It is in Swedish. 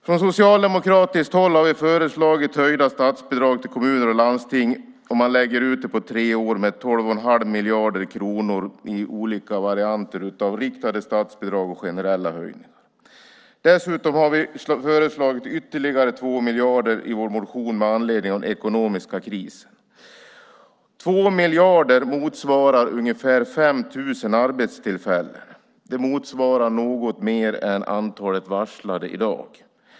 Från socialdemokratiskt håll har vi föreslagit höjda statsbidrag till kommuner och landsting med 12 1⁄2 miljard kronor i olika varianter av riktade statsbidrag och generella höjningar, utlagt på tre år. Dessutom har vi föreslagit ytterligare 2 miljarder i vår motion med anledning av den ekonomiska krisen. 2 miljarder motsvarar ungefär 5 000 arbetstillfällen, alltså något mer än antalet varslade i dag.